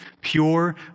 pure